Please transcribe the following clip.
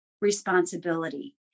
responsibility